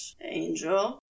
angel